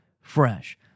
fresh